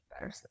better